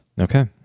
Okay